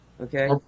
Okay